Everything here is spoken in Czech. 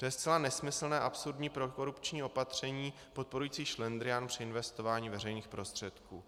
To je zcela nesmyslné a absurdní prokorupční opatření podporující šlendrián při investování veřejných prostředků.